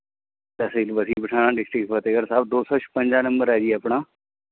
ਤਹਿਸੀਲ Bassi Pathana district Fatehgarh Sahib ਦੋ ਸੌ ਛਪੰਜਾ ਨੰਬਰ ਹੈ ਜੀ ਆਪਣਾ